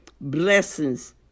blessings